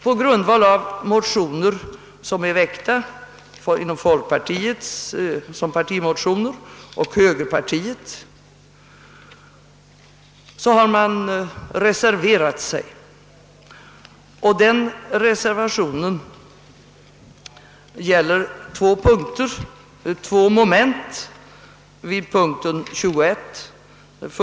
På grundval av partimotioner från högern och folkpartiet har vi reserverat oss. Dessa reservationer — nr 2 a och 2 b — gäller mom. I och II under punkt 21.